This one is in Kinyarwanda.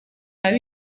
mabi